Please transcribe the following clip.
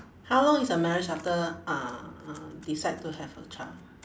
how long is your marriage after uh decide to have a child